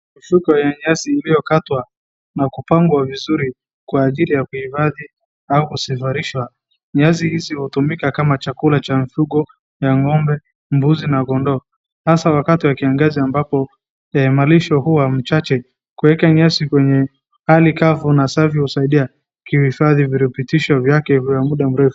Mifuko ya nyasi iliyokatwa na kupangwa vizuri kwa ajili ya kuhifadhi au kusafirishwa, nyasi hizi hutumika kama chakula cha mifugo ya ng'ombe, mbuzi na kondoo hasa wakati wa kiangazi ambapo malisho huwa mchache, kuweka nyasi kwenye hali kavu na safi husaidia kuhifadhi virutubisho vyake vya muda mrefu.